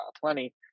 plenty